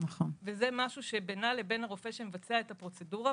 וזה משהו שבינה לבין הרופא שמבצע את הפרוצדורה,